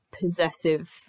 possessive